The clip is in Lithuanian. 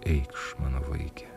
eikš mano vaike